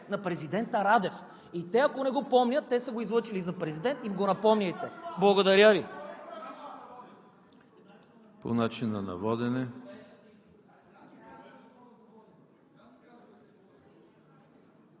на президента Радев. И те ако не го помнят – те са го излъчили за президент, им го напомняйте. Благодаря Ви.